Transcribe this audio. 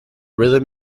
rhythm